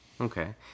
Okay